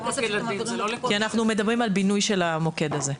אנחנו מדברים על בינוי של המוקד הזה.